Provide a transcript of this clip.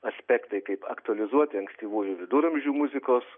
aspektai kaip aktualizuoti ankstyvųjų viduramžių muzikos